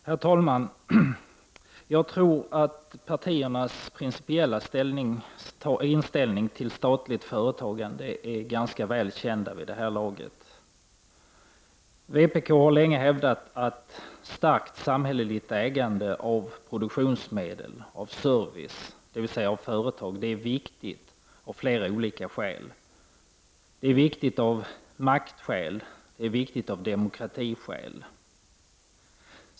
Herr talman! Jag tror att partiernas principiella inställningar till statligt företagande är ganska väl kända vid det här laget. Vpk har länge hävdat att starkt samhälleligt ägande av produktionsmedel, av service, dvs. av företag, är viktigt av flera olika skäl. Det är viktigt av maktskäl, och det är viktigt av demokratiskäl.